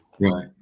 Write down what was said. right